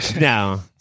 No